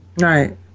Right